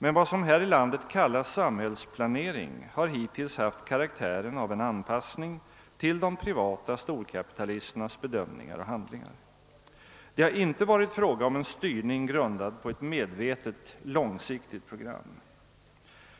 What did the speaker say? Men vad som här i landet kallas samhällsplanering har hittills haft karaktären av en anpassning till de privata storkapitalisternas bedömningar och handlingar. Det har inte varit fråga om en styrning grundad på ett medvetet, långsiktigt program.